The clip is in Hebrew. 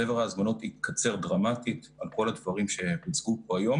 צבר ההזמנות התקצר דרמטית על כל הדברים שהוצגו פה היום